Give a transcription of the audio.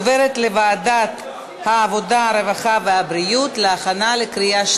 לוועדת העבודה, הרווחה והבריאות נתקבלה.